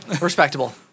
Respectable